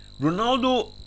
ronaldo